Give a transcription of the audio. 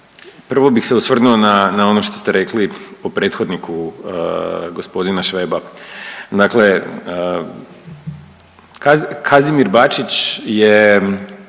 prvo bih se osvrnuo na, na ono što ste rekli o prethodniku g. Šveba. Dakle Kazimir Bačić je